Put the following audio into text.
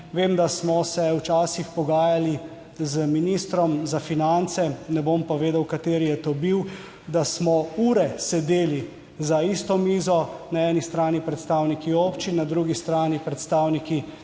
vem da smo se včasih pogajali z ministrom za finance, ne bom povedal, kateri je to bil, da smo ure sedeli za isto mizo na eni strani predstavniki občin, na drugi strani predstavniki